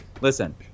Listen